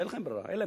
אין להם ברירה.